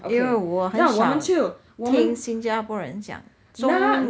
因为我很少听新加坡人讲中文